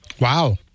Wow